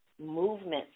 movements